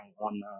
on